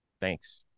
thanks